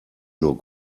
nur